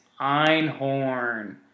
Einhorn